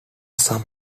some